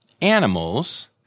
animals